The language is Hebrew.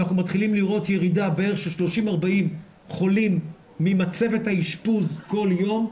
אנחנו מתחילים לראות ירידה של בערך 30-40 חולים ממצבת האשפוז כל יום,